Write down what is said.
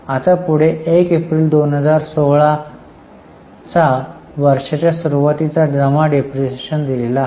आता पुढे 1 एप्रिल 2016 चा वर्षाच्या सुरूवातीचा जमा डिप्रीशीएशन दिलेला आहे